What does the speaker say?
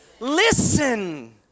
Listen